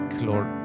Lord